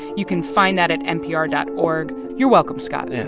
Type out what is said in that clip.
you can find that at npr dot org. you're welcome, scott yeah